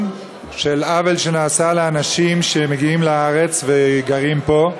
של עוול שנעשה לאנשים שמגיעים לארץ וגרים פה,